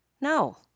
No